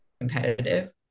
competitive